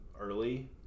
early